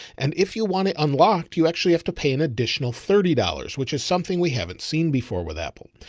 and if you want it unlocked, you actually have to pay an additional thirty dollars, which is something we haven't seen before with apple.